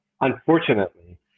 unfortunately